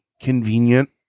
convenient